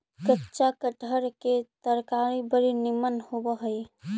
कच्चा कटहर के तरकारी बड़ी निमन होब हई